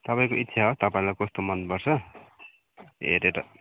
तपाईँको इच्छा हो तपाईँलाई कस्तो मनपर्छ हेरेर